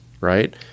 right